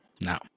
No